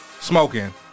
smoking